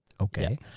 Okay